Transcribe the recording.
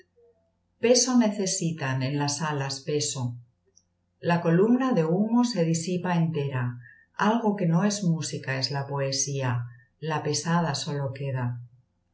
necesitan en las alas peso la columna de humo se disipa entera algo que no es música es la poesía la pesada sólo queda